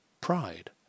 pride